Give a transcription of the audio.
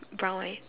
brown right